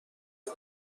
نمی